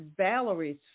Valerie's